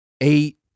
eight